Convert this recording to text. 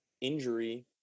injury